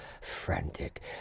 frantic